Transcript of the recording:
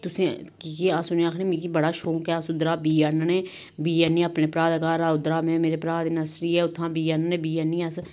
तुसें कि के अस उनेंगी आक्खने कि असेंगी बड़ा शौंक ऐ अस उद्धरा बीऽ आह्नने बीऽ आह्नियै अपने भ्राऽ दे घर उद्धरा में मेरे भ्राऽ दी नर्सरी ऐ उत्थुआं बीऽ आह्नने बीऽ आह्नियै अस